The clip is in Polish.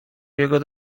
jego